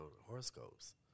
horoscopes